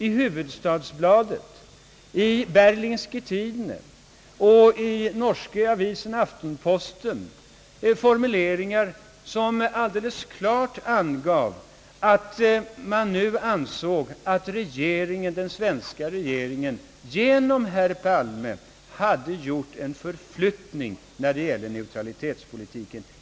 I Hufvudstadsbladet, Berlingske Tidende och Aftenposten kan man finna formuleringar som alldeles klart anger att det nu anses att den svenska regeringen genom statsrådet Palme gjort en förflyttning i fråga om neutralitetspolitiken.